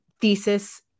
thesis